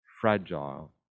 fragile